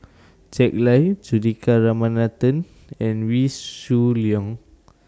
Jack Lai Juthika Ramanathan and Wee Shoo Leong